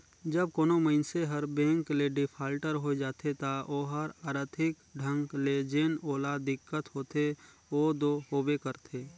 जब कोनो मइनसे हर बेंक ले डिफाल्टर होए जाथे ता ओहर आरथिक ढंग ले जेन ओला दिक्कत होथे ओ दो होबे करथे